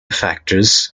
factors